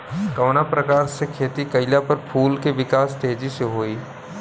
कवना प्रकार से खेती कइला पर फूल के विकास तेजी से होयी?